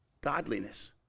godliness